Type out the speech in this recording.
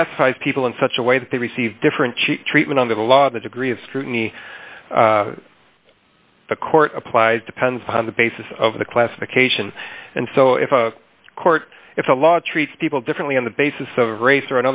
classifies people in such a way that they receive different treatment under the law the degree of scrutiny the court applies depends on the basis of the classification and so if a court if a law treats people differently on the basis of race or